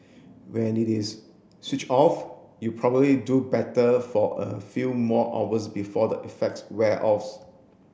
when it is switch off you probably do better for a few more hours before the effects wear